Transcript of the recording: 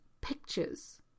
pictures